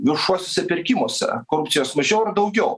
viešuosiuose pirkimuose korupcijos mažiau ar daugiau